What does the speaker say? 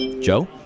Joe